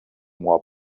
more